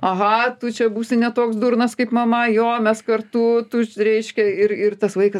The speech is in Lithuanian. aha tu čia būsi ne toks durnas kaip mama jo mes kartu tu reiškia ir ir tas vaikas